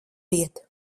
iet